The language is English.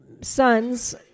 son's